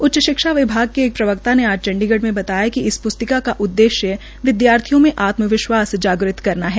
उच्च शिक्षा विभाग के एक प्रवक्ता ने चंडीगढ़ में बताया कि इस प्स्तिका का उददेश्य विदयार्थियों में आत्मविश्वास जागृत करना है